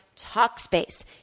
Talkspace